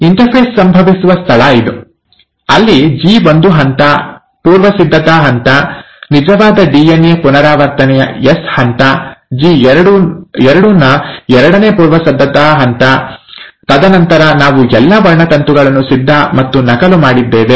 interface ಸಂಭವಿಸುವ ಸ್ಥಳ ಇದು ಅಲ್ಲಿ ಜಿ1 ಹಂತ ಪೂರ್ವಸಿದ್ಧತಾ ಹಂತ ನಿಜವಾದ ಡಿಎನ್ಎ ಪುನರಾವರ್ತನೆಯ ಎಸ್ ಹಂತ ಜಿ2 ನ ಎರಡನೇ ಪೂರ್ವಸಿದ್ಧತಾ ಹಂತ ತದನಂತರ ನಾವು ಎಲ್ಲಾ ವರ್ಣತಂತುಗಳನ್ನು ಸಿದ್ಧ ಮತ್ತು ನಕಲು ಮಾಡಿದ್ದೇವೆ